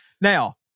Now